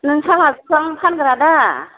नों साहा बिफां फानग्रा दा